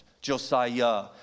Josiah